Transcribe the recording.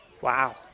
Wow